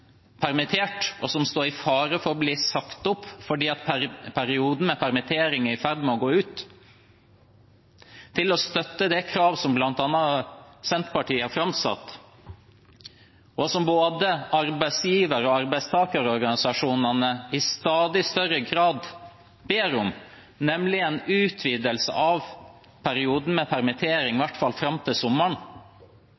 som står i fare for å bli sagt opp fordi perioden med permittering er i ferd med å gå ut, og til å støtte det kravet som bl.a. Senterpartiet har framsatt, og som både arbeidsgiver- og arbeidstakerorganisasjonene i stadig større grad ber om. Det gjelder en utvidelse av perioden med